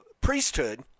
priesthood